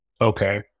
okay